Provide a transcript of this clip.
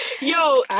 Yo